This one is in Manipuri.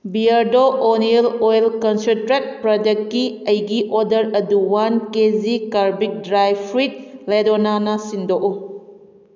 ꯕꯤꯌꯔꯗꯣ ꯑꯣꯅꯤꯌꯟ ꯑꯣꯏꯜ ꯀꯟꯁꯦꯟꯇ꯭ꯔꯦꯠ ꯄ꯭ꯔꯗꯛꯀꯤ ꯑꯩꯒꯤ ꯑꯣꯔꯗꯔ ꯑꯗꯨ ꯋꯥꯟ ꯀꯦ ꯖꯤ ꯀꯔꯕꯤꯛ ꯗ꯭ꯔꯥꯏ ꯐ꯭ꯔꯨꯏꯠ ꯂꯦꯗꯣꯅꯥꯅ ꯁꯤꯟꯗꯣꯛꯎ